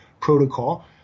protocol